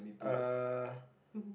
uh